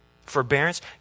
Forbearance